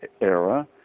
era